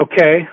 okay